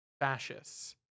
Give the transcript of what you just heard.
fascists